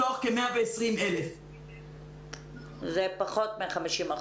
מתוך כ- 120,000. זה פחות מ-50%.